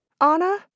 Anna